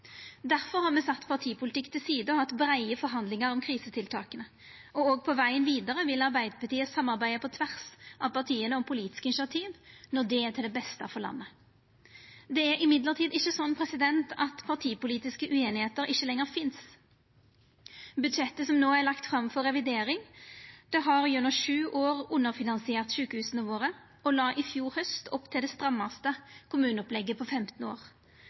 har me sett partipolitikken til side og hatt breie forhandlingar om krisetiltaka. Òg på vegen vidare vil Arbeidarpartiet samarbeida på tvers av partia om politiske initiativ når det er til det beste for landet. Det er likevel ikkje sånn at partipolitiske ueinigheiter ikkje lenger finst. Budsjettet ein no har lagt fram for revidering, la i fjor haust, etter sju år med underfinansiering av sjukehusa våre, opp til det strammaste kommuneopplegget på femten år.